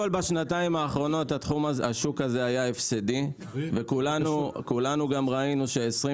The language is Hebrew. קודם כל בשנתיים האחרונות השוק הזה היה הפסדי וכולנו גם ראינו ש-30%-20